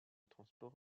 transport